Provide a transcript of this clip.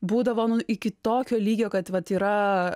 būdavo nu iki tokio lygio kad vat yra